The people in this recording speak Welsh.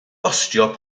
bostio